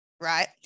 right